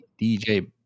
DJ